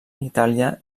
itàlia